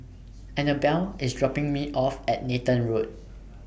Annabell IS dropping Me off At Nathan Road